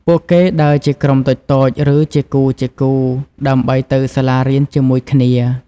ពួកគេដើរជាក្រុមតូចៗឬជាគូៗដើម្បីទៅសាលារៀនជាមួយគ្នា។